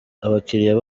abakiliya